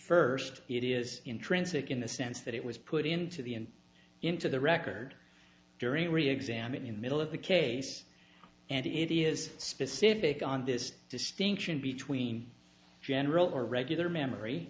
first it is intrinsic in the sense that it was put into the into the record during reexamining middle of the case and it is specific on this distinction between general or regular memory